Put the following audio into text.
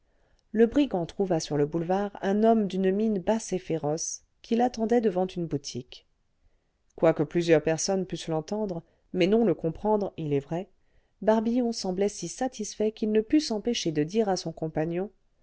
le brigand trouva sur le boulevard un homme d'une mine basse et féroce qui l'attendait devant une boutique quoique plusieurs personnes pussent l'entendre mais non le comprendre il est vrai barbillon semblait si satisfait qu'il ne put s'empêcher de dire à son compagnon